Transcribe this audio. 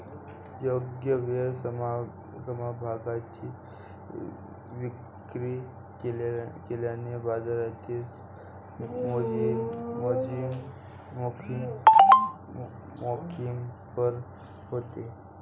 योग्य वेळी समभागांची विक्री केल्याने बाजारातील जोखीम दूर होते